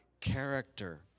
character